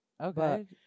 Okay